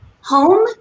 Home